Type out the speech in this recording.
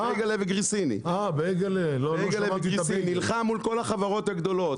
בייגלה וגריסיני נלחם מול כל החברות הגדולות.